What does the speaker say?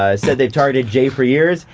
ah said, they've targeted jay for years,